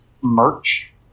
merch